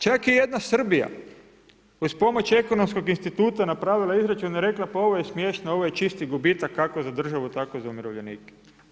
Čak i jedna Srbija, uz pomoć Ekonomskog instituta, napravila izračun i rekla, pa ovo je smiješno, ovo je čisti gubitak, kako za državu tako za umirovljenike.